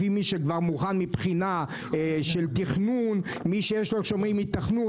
לפי מי שכבר מוכן מבחינת תכנון ומי שיש לו היתכנות.